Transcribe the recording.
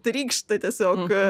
trykšta tiesiog